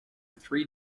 three